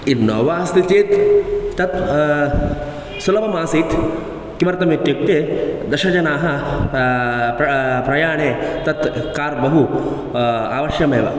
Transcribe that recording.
Innova अस्ति चेत् तत् सुलभमासीत् किमर्थमित्युक्ते दशजनाः प्र प्रयाणे तत् कार् बहु आवश्यकमेव